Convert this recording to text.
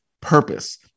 purpose